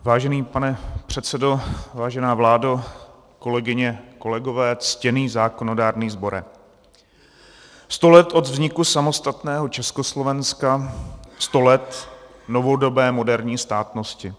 Vážený pane předsedo, vážená vládo, kolegyně, kolegové, ctěný zákonodárný sbore, sto let od vzniku samostatného Československa, sto let novodobé moderní státnosti.